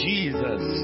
Jesus